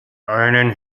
einen